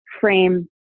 frame